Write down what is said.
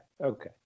okay